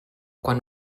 quan